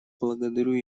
благодарю